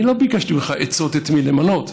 אני לא ביקשתי ממך עצות את מי למנות.